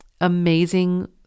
amazing